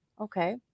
okay